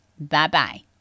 Bye-bye